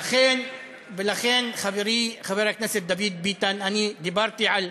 לכן, חברי חבר הכנסת דוד ביטן, אני דיברתי על,